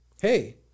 hey